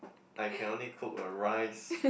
I can only cook a rice